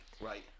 right